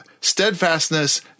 steadfastness